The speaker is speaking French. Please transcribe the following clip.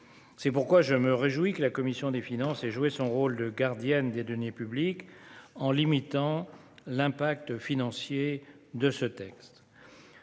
C'est pourquoi je me réjouis que la commission des finances ait joué son rôle de gardienne des deniers publics, en limitant l'impact financier de ce texte.